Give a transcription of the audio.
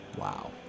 Wow